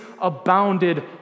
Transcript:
abounded